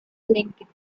lincoln